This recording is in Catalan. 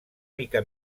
mica